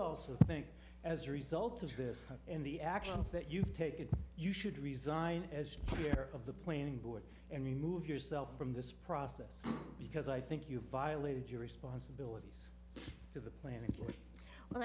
also think as a result of this in the actions that you've taken you should resign as of the planing board and remove yourself from this process because i think you violated your responsibilities to the planning well